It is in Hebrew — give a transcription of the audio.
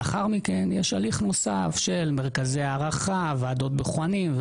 לאחר מכן יש הליך של מרכזי הערכה, ועדות בוחנים.